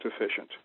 efficient